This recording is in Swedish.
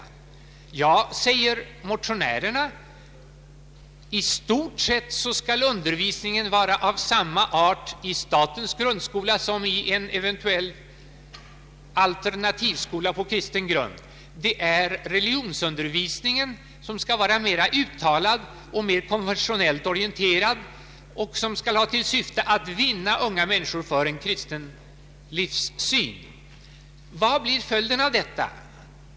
Motionärerna säger att undervisningen i stort sett skall vara av samma art i statens grundskola som i en eventuell alternativskola på kristen grund. Det är religionsundervisningen som skall vara mer uttalad och mer konfessionellt orienterad och som skall ha till syfte att vinna unga människor för en kristen livssyn. Vad blir följden av detta?